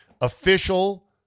official